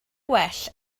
gwell